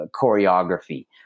choreography